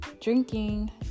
drinking